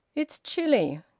it's chilly.